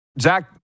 Zach